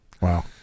Wow